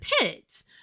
pits